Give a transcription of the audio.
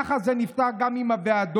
ככה זה נפתר גם עם הוועדות.